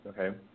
okay